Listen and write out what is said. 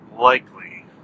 likely